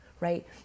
Right